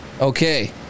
Okay